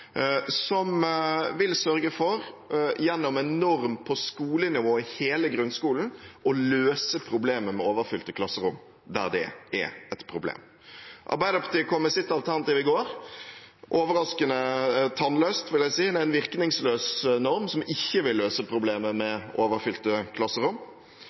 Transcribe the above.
som vil sørge for, gjennom en norm på skolenivå i hele grunnskolen, å løse problemet med overfylte klasserom der det er et problem. Arbeiderpartiet kom med sitt alternativ i går – overraskende tannløst, vil jeg si. Det er en virkningsløs norm som ikke vil løse problemet med overfylte klasserom.